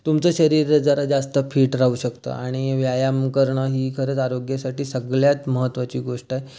तुमचं शरीर जरा जास्त फिट राहू शकतं आणि व्यायाम करणं ही खरंच आरोग्यासाठी सगळ्यांत महत्त्वाची गोष्ट आहे